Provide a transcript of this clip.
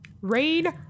Rain